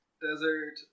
Desert